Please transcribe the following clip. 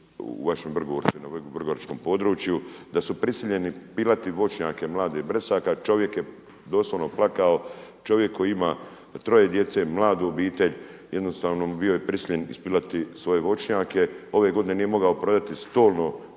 u vašem Vrgorcu i na Vrgoračkom području, da su prisiljeni pilati voćnjake mladih bresaka, čovjek je doslovno plakao, čovjek koji ima troje djece, mladu obitelj, jednostavno bio je prisiljen ispilati svoje voćnjake, ove godine nije mogao prodati stolno